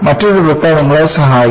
മറ്റൊരു വൃക്ക നിങ്ങളെ സഹായിക്കും